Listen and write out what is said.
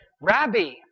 rabbi